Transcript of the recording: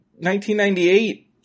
1998